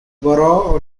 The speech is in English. borough